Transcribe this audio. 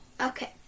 Okay